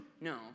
No